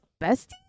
bestie